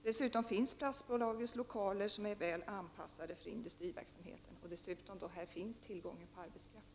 Dessutom finns i Vadstena lokaler som är väl anpassade för industriverksamhet. Där finns också tillgång till arbetskraft.